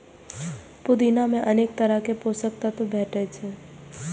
पुदीना मे अनेक तरहक पोषक तत्व भेटै छै